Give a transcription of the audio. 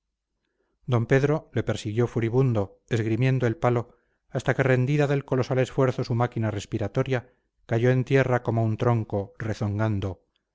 d pedro le persiguió furibundo esgrimiendo el palo hasta que rendida del colosal esfuerzo su máquina respiratoria cayó en tierra como un tronco rezongando